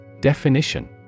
Definition